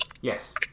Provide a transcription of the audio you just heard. Yes